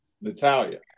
Natalia